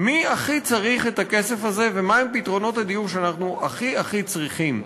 מי הכי צריך את הכסף הזה ומה הם פתרונות הדיור שאנחנו הכי הכי צריכים.